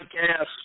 podcast